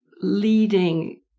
leading